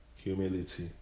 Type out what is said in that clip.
Humility